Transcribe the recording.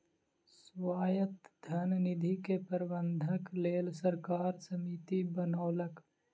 स्वायत्त धन निधि के प्रबंधनक लेल सरकार समिति बनौलक